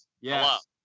Yes